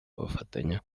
bafatanya